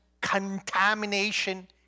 contamination